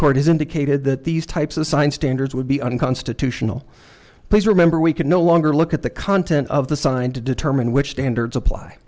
court has indicated that these types of science standards would be unconstitutional please remember we could no longer look at the content of the sign to determine which standards appl